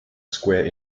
square